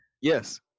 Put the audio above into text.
Yes